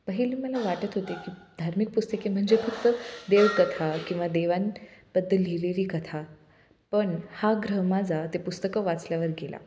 पहिले मला वाटत होते की धार्मिक पुस्तके म्हणजे फक्त देवकथा किंवा देवांबद्दल लिहिलेली कथा पण हा ग्रह माझा ते पुस्तकं वाचल्यावर गेला